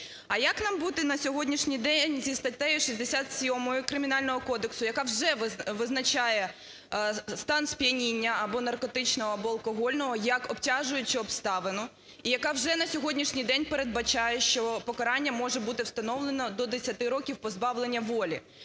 А як нам бути на сьогоднішній день за статтею 67 Кримінального кодексу, яка вже визначає стан сп'яніння (або наркотичного, або алкогольного) як обтяжуючу обставину, яка вже на сьогоднішній день передбачає, що покарання може бути встановлено до 10 років позбавлення волі.